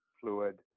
fluid